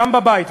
גם בבית,